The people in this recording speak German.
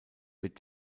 wird